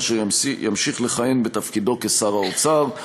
אשר ימשיך לכהן בתפקידו כשר האוצר.